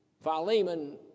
Philemon